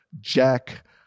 Jack